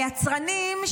היצרנים,